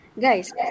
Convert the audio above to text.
guys